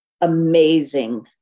amazing